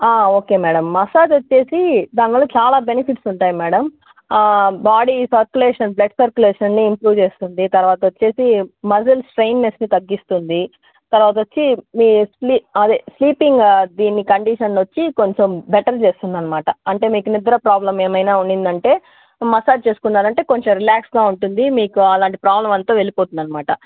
okay madam massage వచ్చి దానివల్ల చాలా బెనిఫిట్స్ ఉంటాయి మేడం బాడీ సర్కులేషన్ బ్లడ్ సర్కులేషన్ని ఇంప్రూవ్ చేస్తుంది తర్వాత వచ్చి మజిల్ స్ట్రెయిన్నెస్ని తగ్గిస్తుంది తర్వాత వచ్చి మీ స్లీ అదే స్లీపింగు దీని కండిషన్ వచ్చి కొంచెం బెటర్ చేస్తుందన్నమాట అంటే మీకు నిద్ర ప్రాబ్లెమ్ ఏమైనా ఉండేది అంటే మసాజ్ చేసుకున్నారంటే కొంచెం రిలాక్స్గా ఉంటుంది మీకు అలాంటి ప్రాబ్లెమ్ అంతా వెళ్ళిపోతుందన్నమాట